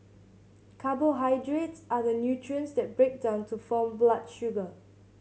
carbohydrates are the nutrients that break down to form blood sugar